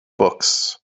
books